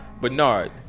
Bernard